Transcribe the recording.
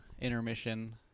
intermission